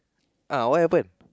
uh what happen